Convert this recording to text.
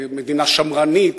מדינה שמרנית,